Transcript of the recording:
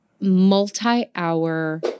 multi-hour